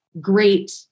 great